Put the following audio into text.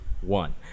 one